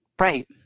Right